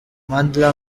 mandla